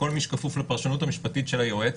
כל מי שכפוף לפרשנות המשפטית של היועץ,